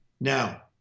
Now